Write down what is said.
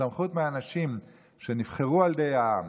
סמכות של אנשים שנבחרו על ידי העם,